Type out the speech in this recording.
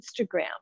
Instagram